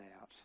out